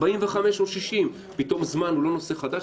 45 או 60. פתאום זמן הוא לא נושא חדש?